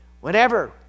Whenever